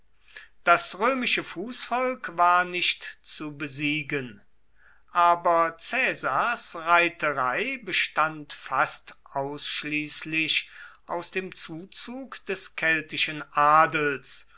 das römische fußvolk war nicht zu besiegen aber caesars reiterei bestand fast ausschließlich aus dem zuzug des keltischen adels